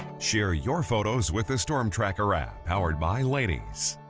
share your photos with the storm tracker app powered by laneys.